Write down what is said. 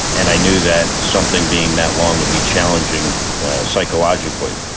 and i knew that something being that long would be challenging psychologically.